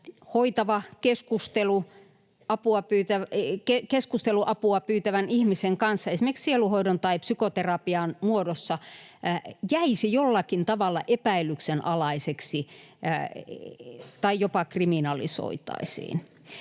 keskusteluapua pyytävän ihmisen kanssa esimerkiksi sielunhoidon tai psykoterapian muodossa jäisi jollakin tavalla epäilyksen alaiseksi tai jopa kriminalisoitaisiin.